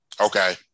okay